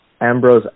Ambrose